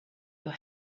your